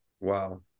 Wow